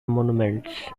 monuments